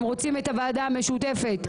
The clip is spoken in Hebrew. על הרכב הוועדה המשותפת.